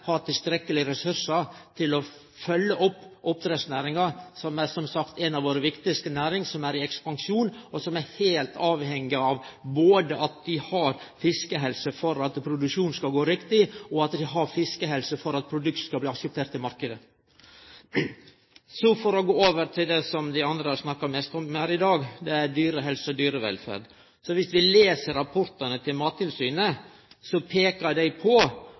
har tilstrekkelege ressursar til å følgje opp oppdrettsnæringa, som er, som sagt, ei av våre viktigaste næringar, som er i ekspansjon, og der ein er heilt avhengig av at det er god fiskehelse for at produksjonen skal gå riktig og for at produktet skal bli akseptert i marknaden. Så, for å gå over til det som dei andre har snakka mest om her i dag – dyrehelse og dyrevelferd. Viss vi les rapportane til Mattilsynet, peiker dei på